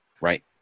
Right